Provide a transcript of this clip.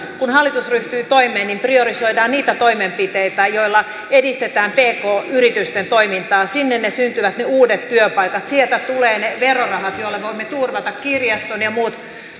kun hallitus ryhtyy toimeen niin priorisoidaan niitä toimenpiteitä joilla edistetään pk yritysten toimintaa sinne syntyvät ne uudet työpaikat sieltä tulevat ne verorahat joilla voimme turvata kirjaston ja ja muut